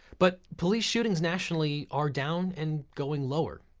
but police shootings nationally are down and going lower.